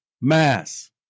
mass